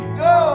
go